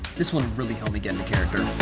this one really helped me get into character.